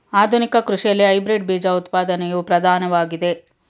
ಆಧುನಿಕ ಕೃಷಿಯಲ್ಲಿ ಹೈಬ್ರಿಡ್ ಬೀಜ ಉತ್ಪಾದನೆಯು ಪ್ರಧಾನವಾಗಿದೆ